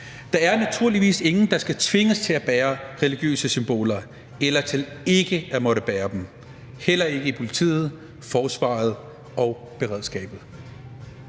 Der er naturligvis ingen, der skal tvinges til at bære religiøse symboler eller til ikke at bære dem – heller ikke i politiet, forsvaret eller beredskabet.